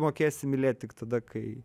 mokėsi mylėt tik tada kai